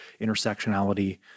intersectionality